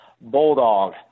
bulldog